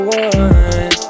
one